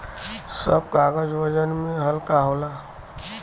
सब कागज वजन में हल्का होला